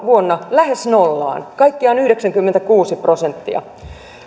lähes nollaan kaikkiaan yhdeksänkymmentäkuusi prosenttia